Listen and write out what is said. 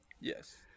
Yes